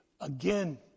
again